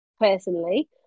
personally